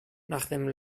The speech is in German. nachdem